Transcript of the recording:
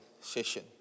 session